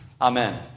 Amen